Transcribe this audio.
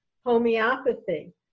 homeopathy